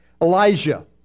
Elijah